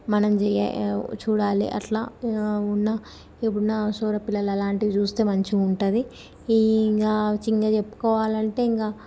మనం చేయా చూడాలి అట్లా ఉన్న ఇప్పుడున్న సోర పిల్లలు అలాంటివి చూస్తే మంచిగా ఉంటుంది ఇంకా చెప్పుకోవాలంటే ఇంకా